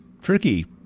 tricky